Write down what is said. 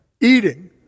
eating